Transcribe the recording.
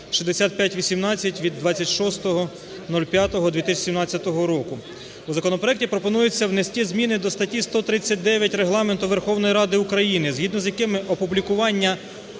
У законопроекті пропонується внести зміни до статті 139 Регламенту Верховної Ради України, згідно з якими опублікування